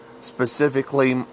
specifically